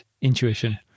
intuition